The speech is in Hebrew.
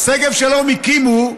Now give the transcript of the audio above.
את שגב שלום הקימו,